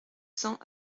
cents